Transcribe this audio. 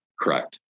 Correct